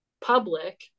public